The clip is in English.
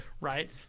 right